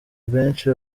abenshi